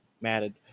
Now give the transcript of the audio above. matted